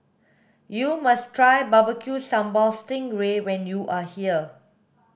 you must try barbecue sambal sting ray when you are here